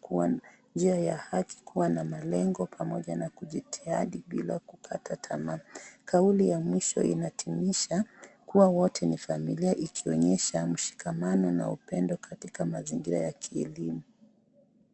,kuwa na njia ya haki, kuwa na malengo pamoja na kijitahidi bila kukata tamaa ,kauli ya mwisho inatimiza kuwa wate ni familia ikionyesha mshikamano na upendo katika mazingira ya kielemu.